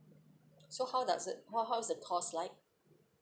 so how does it how how is the cost like